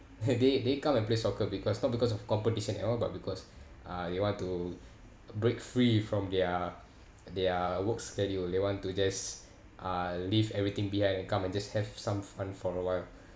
they they come and play soccer because not because of competition and all but because uh they want to break free from their their work schedule they want to just uh leave everything behind come and just have some fun for a while